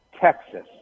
Texas